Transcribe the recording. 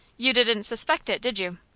you didn't suspect it, did you?